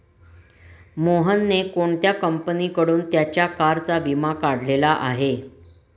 मोहनने कोणत्या कंपनीकडून त्याच्या कारचा विमा काढलेला आहे?